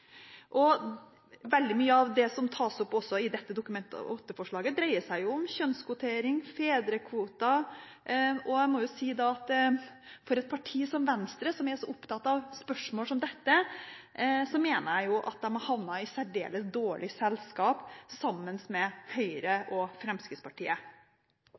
parti. Veldig mye av det som tas opp også i dette Dokument 8-forslaget, dreier seg om kjønnskvotering og fedrekvoter. Jeg må si at for et parti som Venstre, som er så opptatt av spørsmål som dette, har de havnet i særdeles dårlig selskap sammen med Høyre og Fremskrittspartiet.